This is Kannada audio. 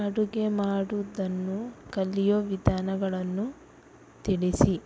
ಅಡುಗೆ ಮಾಡುವುದನ್ನು ಕಲಿಯೊ ವಿಧಾನಗಳನ್ನು ತಿಳಿಸಿ